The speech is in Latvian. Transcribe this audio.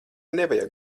nevajag